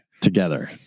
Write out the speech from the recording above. together